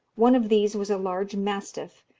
one of these was a large mastiff,